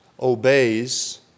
obeys